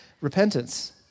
repentance